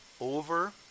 over